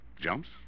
Jumps